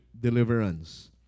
deliverance